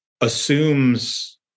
assumes